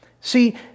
see